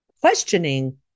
questioning